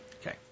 Okay